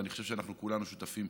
ואני חושב שאנחנו כולנו שותפים,